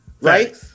right